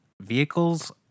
vehicles